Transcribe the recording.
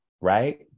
right